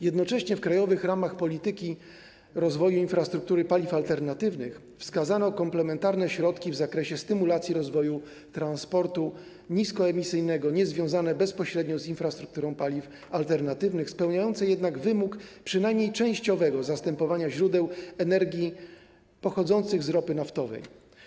Jednocześnie w „Krajowych ramach polityki rozwoju infrastruktury paliw alternatywnych” wskazano komplementarne środki w zakresie stymulacji rozwoju transportu niskoemisyjnego niezwiązane bezpośrednio z infrastrukturą paliw alternatywnych, spełniające jednak wymóg przynajmniej częściowego zastępowania źródeł energii pochodzących z ropy naftowej.